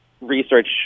research